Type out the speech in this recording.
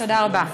תודה רבה.